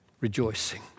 rejoicing